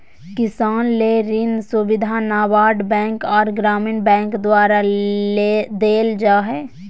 किसान ले ऋण सुविधा नाबार्ड बैंक आर ग्रामीण बैंक द्वारा देल जा हय